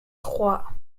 trois